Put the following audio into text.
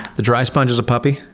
the dry sponge is a puppy,